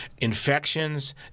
infections